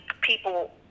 people